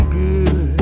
good